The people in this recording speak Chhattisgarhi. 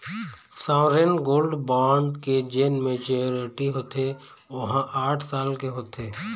सॉवरेन गोल्ड बांड के जेन मेच्यौरटी होथे ओहा आठ साल के होथे